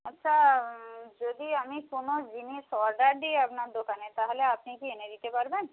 আচ্ছা যদি আমি কোনো জিনিস অর্ডার দিই আপনার দোকানে তাহলে আপনি কি এনে দিতে পারবেন